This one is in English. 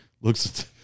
looks